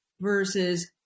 versus